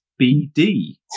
BD